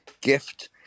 gift